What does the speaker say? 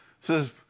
Says